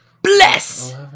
Bless